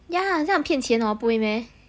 yeah 很像很骗钱 hor 不会 meh